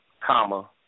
Comma